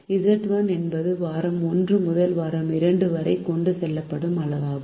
Z1 என்பது வாரம் 1 முதல் வாரம் 2 வரை கொண்டு செல்லப்படும் அளவாகும்